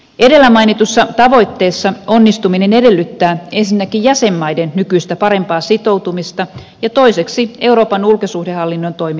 edellä mainitussa tavoitteessa onnistuminen edellyttää ensinnäkin jäsenmaiden nykyistä parempaa sitoutumista ja toiseksi euroopan ulkosuhdehallinnon toiminnan kehittämistä